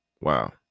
Wow